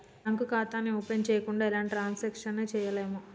bank ఖాతాని open చెయ్యకుండా ఎలాంటి ట్రాన్సాక్షన్స్ ని చెయ్యలేము